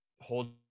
hold